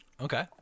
Okay